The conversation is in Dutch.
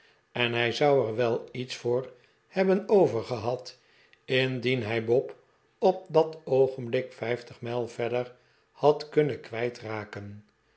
en hij zou er wel iets voor hebben overgehad indien hij bob op dat oogenblik vijftig mijl verder had kunnen kwijtraken